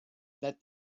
that